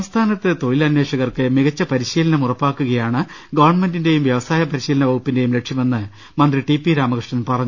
സംസ്ഥാനത്തെ തൊഴിൽ അന്വേഷകർക്ക് മികച്ച പരിശീലനം ഉറപ്പാക്കുകയാണ് ഗവൺമെന്റിന്റെയും വ്യവസായ പ്രിശീലനവകു പ്പിന്റെയും ലക്ഷ്യമെന്ന് മന്ത്രി ടി പി രാമകൃഷ്ണൻ പറഞ്ഞു